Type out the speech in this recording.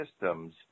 systems